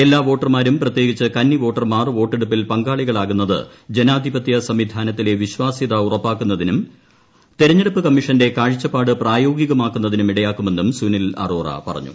എല്ലാ വോട്ടർമാരും പ്രത്യേകിച്ച് കന്നിവോട്ടർമാർ വോട്ടെടുപ്പിൽ പങ്കാളികളാകുന്നത് ജനാധിപത്യ സംവിധാനത്തിലെ വിശ്വാസ്യത ഉറപ്പാക്കുന്നതിനും തെരഞ്ഞെടുപ്പ് കമ്മീഷന്റെ കാഴ്ചപ്പാട് പ്രായോഗികമാകുന്നതിനും ഇടയാക്കുമെന്നും സുനിൽ അറോറ പറഞ്ഞു